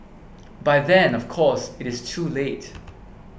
by then of course it is too late